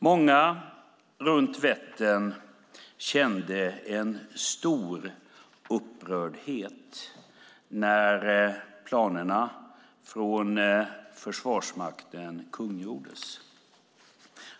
Många runt Vättern kände en stor upprördhet när planerna från Försvarsmakten kungjordes.